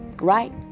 right